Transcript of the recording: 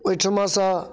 ओहिठमासँ